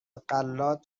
غلات